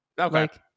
Okay